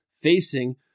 facing